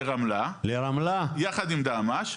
לרמלה יחד עם דהמש,